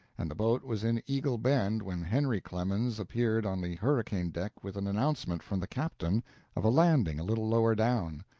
and the boat was in eagle bend when henry clemens appeared on the hurricane deck with an announcement from the captain of a landing a little lower down.